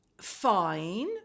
fine